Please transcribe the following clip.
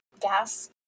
gas